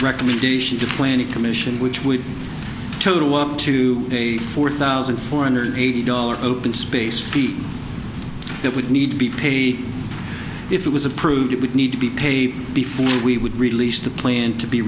recommendation to the commission which would total work to a four thousand four hundred eighty dollars open space fee that would need to be paid if it was approved it would need to be paid before we would release the plane to be